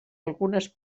algunes